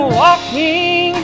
walking